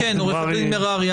עורכת דין מררי,